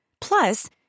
Plus